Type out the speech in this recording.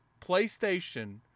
PlayStation